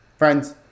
Friends